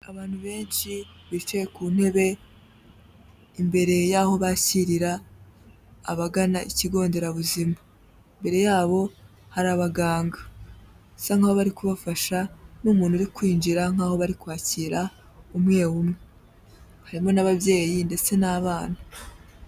Abantu benshi bicaye ku ntebe imbere y'aho bakirira abagana ikigo nderabuzima, imbere yabo hari abaganga, bisa nkaho bari kubafasha n'umuntu uri kwinjira nk'aho bari kwakira umwe umwe, harimo n'ababyeyi ndetse n'abana.